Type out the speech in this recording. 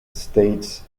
states